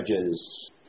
Judges